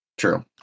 true